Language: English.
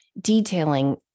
detailing